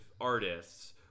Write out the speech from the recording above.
artists